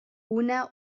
una